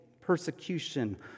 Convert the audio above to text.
persecution